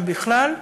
אם בכלל,